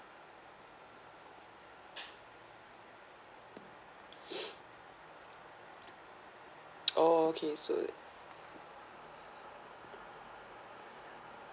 oh okay so